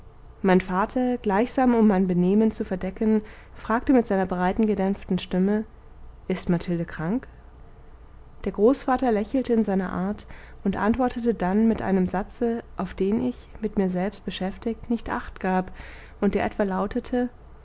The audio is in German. mein vater gleichsam um mein benehmen zu verdecken fragte mit seiner breiten gedämpften stimme ist mathilde krank der großvater lächelte in seiner art und antwortete dann mit einem satze auf den ich mit mir selber beschäftigt nicht achtgab und der etwa lautete